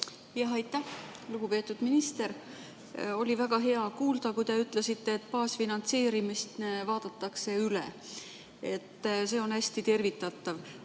Aitäh! Lugupeetud minister! Oli väga hea kuulda, kui te ütlesite, et baasfinantseerimist vaadatakse üle. See on hästi tervitatav.